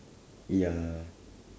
ya